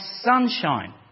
sunshine